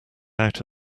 out